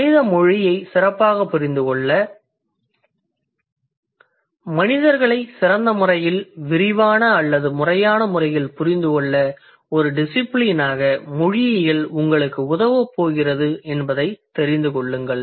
மனித மொழியை சிறப்பாகப் புரிந்துகொள்ள மனிதர்களை சிறந்த முறையில் விரிவான அல்லது முறையான முறையில் புரிந்துகொள்ள ஒரு டிசிபிலினாக மொழியியல் உங்களுக்கு உதவப் போகிறது என்பதனைத் தெரிந்துகொள்ளுங்கள்